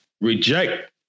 reject